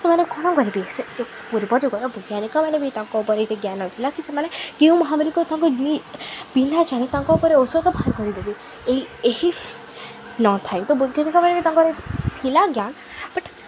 ସେମାନେ କ'ଣ କରିବେ ସେ ପୂର୍ବ ଯୁଗର ବଜ୍ଞାନିକମାନେ ବି ତାଙ୍କ ଉପରେ ଏତେ ଜ୍ଞାନ ନଥିଲା କି ସେମାନେ କେଉଁ ମହାମରୀିକ ତାଙ୍କୁ ଦୁଇ ପିଲା ଜାଣି ତାଙ୍କ ଉପରେ ଔଷଧ ବାହାର କରିଦେବେ ଏହି ଏହି ନଥାଏ ତ ବୈଜ୍ଞାନିକମାନେ ବି ତାଙ୍କର ଥିଲା ଜ୍ଞାନ ବଟ୍